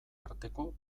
arteko